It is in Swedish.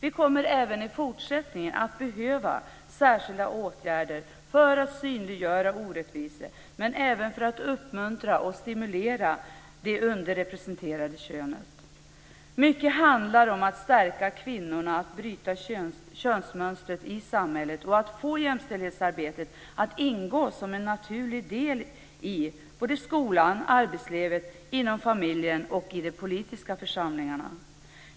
Vi kommer även i fortsättningen att behöva särskilda åtgärder för att synliggöra orättvisor, men även för att uppmuntra och stimulera det underrepresenterade könet. Mycket handlar om att stärka kvinnorna, att bryta könsmönstret i samhället och att få jämställdhetsarbetet att ingå som en naturlig del i både skolan, arbetslivet, familjen och de politiska församlingarna.